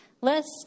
list